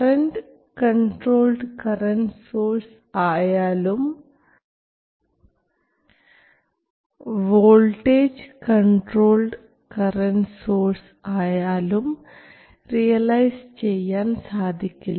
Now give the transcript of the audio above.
current controlled current source ആയാലും voltage controlled current source ആയാലും realise ചെയ്യാൻ സാധിക്കില്ല